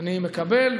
אני מקבל,